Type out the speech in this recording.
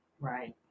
Right